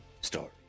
story